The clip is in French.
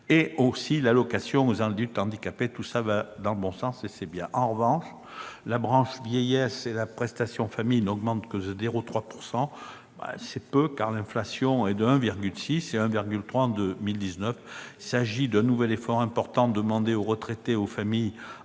sur l'allocation aux adultes handicapés. Tout cela va donc dans le bon sens. En revanche, la branche vieillesse et la prestation famille n'augmentent que de 0,3 %. C'est peu. L'inflation est de 1,6 % et sera de 1,3 % en 2019. Il s'agit d'un nouvel effort important demandé aux retraités et aux familles,